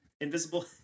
invisible